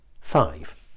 five